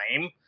time